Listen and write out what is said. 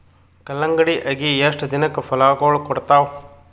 ಕಲ್ಲಂಗಡಿ ಅಗಿ ಎಷ್ಟ ದಿನಕ ಫಲಾಗೋಳ ಕೊಡತಾವ?